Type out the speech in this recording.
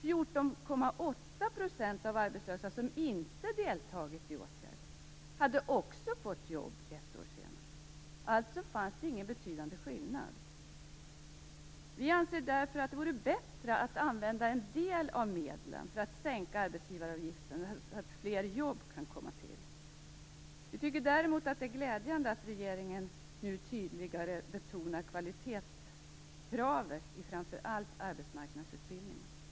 14,8 % av arbetslösa som inte deltagit i åtgärder hade också fått jobb ett år senare. Alltså fanns det ingen betydande skillnad. Vi anser därför att det vore bättre att använda en del av medlen för att sänka arbetsgivaravgifterna, så att fler jobb kan komma till. Vi tycker däremot att det är glädjande att regeringen nu tydligare betonar kvalitetskravet i framför allt arbetsmarknadsutbildningen.